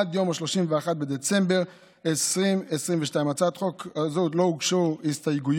עד 31 בדצמבר 2022. להצעת החוק הזאת לא הוגשו הסתייגויות.